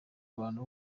abantu